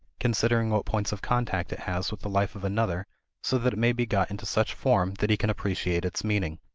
considering what points of contact it has with the life of another so that it may be got into such form that he can appreciate its meaning.